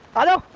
i will